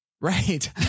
Right